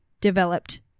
Developed